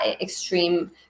extreme